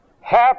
Half